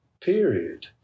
period